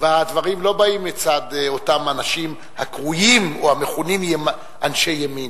והדברים לא באים מצד אותם אנשים הקרויים או המכונים אנשי ימין,